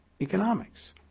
economics